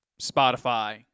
Spotify